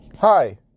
Hi